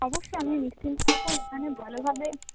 অবশ্যই আপনি নিশ্চিন্তে থাকুন এখানে ভালোভাবে